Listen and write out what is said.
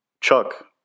Chuck